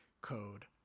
code